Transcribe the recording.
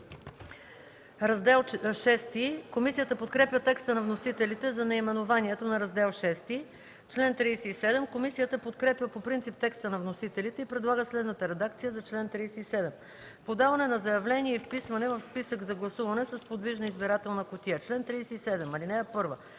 „Раздел VI”. Комисията подкрепя текста на вносителите за наименованието на Раздел VI. Комисията подкрепя по принцип текста на вносителите и предлага следната редакция за чл. 37: „Подаване на заявление и вписване в списък за гласуване с подвижна избирателна кутия Чл. 37. (1)